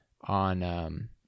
on